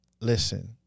listen